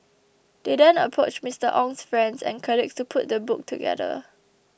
they then approached Mister Ong's friends and colleagues to put the book together